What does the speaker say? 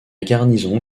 garnison